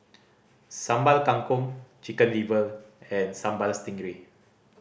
Sambal Kangkong Chicken Liver and Sambal Stingray